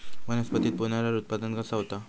वनस्पतीत पुनरुत्पादन कसा होता?